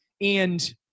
and-